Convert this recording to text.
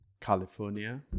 California